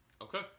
Okay